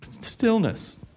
stillness